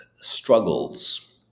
struggles